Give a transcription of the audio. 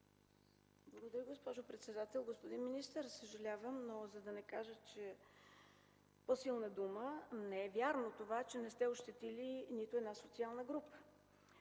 Благодаря, госпожо председател. Господин министър, съжалявам, но да не кажа по-силна дума – не е вярно, че не сте ощетили нито една социална група.